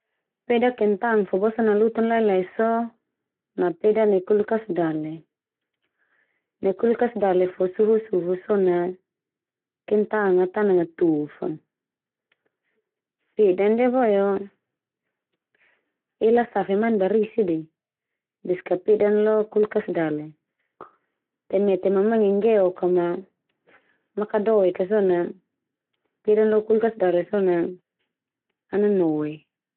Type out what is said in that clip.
Peda kentang fo boso nalutun lai lai so, na pedan nai kulkas dale. Nai kulkas dale fo sufu-sufu so na kentang a ta namatu fa. Pedan ndia boe o, ela save man barisi de, beska peda lo kulkas dale. Te mete ma mangenggeok ma makadoek ka so na, pedan lo kulkas dale so na ana noe.